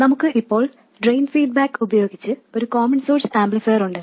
നമുക്ക് ഇപ്പോൾ drain feedback ഉപയോഗിച്ച് ഒരു കോമൺ സോഴ്സ് ആംപ്ലിഫയർ ഉണ്ട്